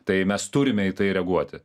tai mes turime į tai reaguoti